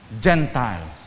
Gentiles